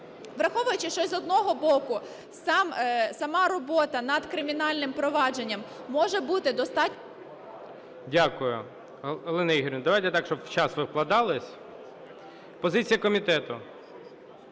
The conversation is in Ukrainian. Враховуючи, що, з одного боку, сама робота над кримінальним провадженням може бути достатньо... ГОЛОВУЮЧИЙ. Дякую. Галина Ігорівна, давайте так, щоб в час ви вкладалися. Позиція комітету.